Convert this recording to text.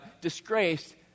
disgraced